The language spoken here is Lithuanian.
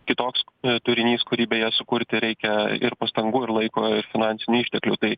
kitoks turinys kurį beje sukurti reikia ir pastangų ir laiko finansinių išteklių tai